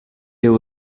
there